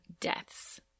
deaths